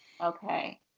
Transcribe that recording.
okay